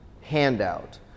handout